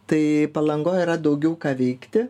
tai palangoj yra daugiau ką veikti